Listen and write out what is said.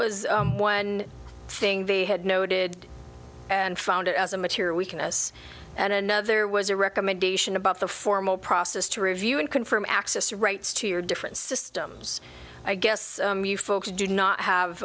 was one thing they had noted and found as a material weakness and another was a recommendation about the formal process to review and confirm access rights to your different systems i guess you folks do not